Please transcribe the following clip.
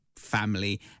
family